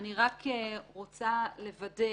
אני רק רוצה לוודא